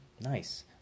nice